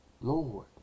Lord